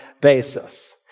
basis